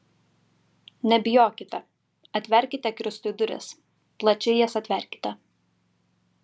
nebijokite atverkite kristui duris plačiai jas atverkite